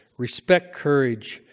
respect courage.